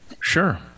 Sure